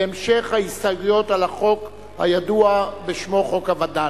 בהמשך ההסתייגויות לחוק הידוע בשמו חוק הווד"ל.